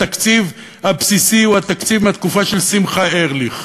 שהתקציב הבסיסי הוא התקציב מהתקופה של שמחה ארליך.